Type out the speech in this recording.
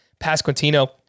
Pasquantino